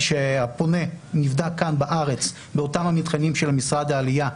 שהפונה נבדק כאן בארץ באותם המבחנים של משרד העלייה,